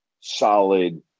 solid